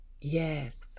Yes